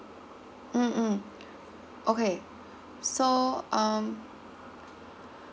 mm mm okay so um